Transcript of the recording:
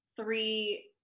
three